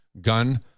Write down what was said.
gun